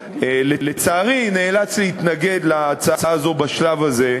לצערי, אני נאלץ להתנגד להצעה הזאת בשלב הזה,